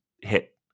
hit